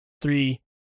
three